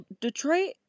Detroit